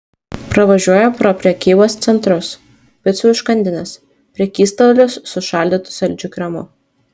pravažiuoja pro prekybos centrus picų užkandines prekystalius su šaldytu saldžiu kremu